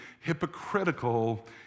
hypocritical